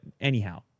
anyhow –